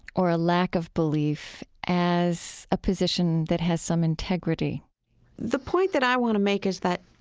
or a lack of belief, as a position that has some integrity the point that i want to make is that,